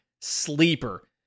Sleeper